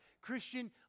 Christian